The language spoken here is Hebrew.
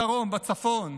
בדרום ובצפון,